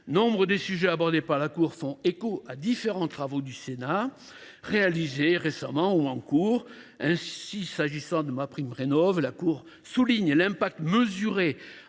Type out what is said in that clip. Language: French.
Nombre des sujets abordés par la Cour font écho à différents travaux du Sénat, réalisés récemment ou en cours. Ainsi, en ce qui concerne MaPrimeRénov’, la Cour souligne « l’impact mesuré